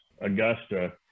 Augusta